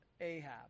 Ahab